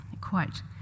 quote